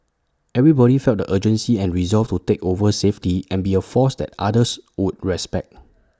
everybody felt the urgency and resolve to take over safety and be A force that others would respect